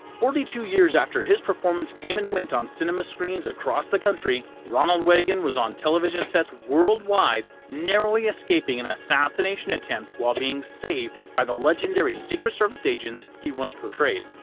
forty two years after his performance came and went on cinema screens across the country, ronald reagan was on television sets worldwide narrowly escaping an assassination attempt, while being saved by the legendary secret service agents he once portrayed.